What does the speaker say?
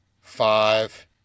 five